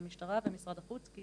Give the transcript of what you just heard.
של המשטרה ומשרד החוץ,